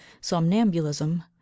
somnambulism